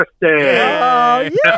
birthday